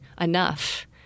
enough